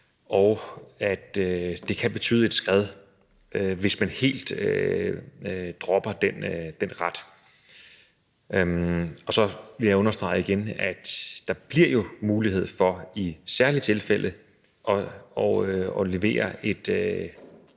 Det kan betyde et skred, hvis man helt dropper den ret. Og så vil jeg igen understrege, at der jo bliver mulighed for i særlige tilfælde at levere et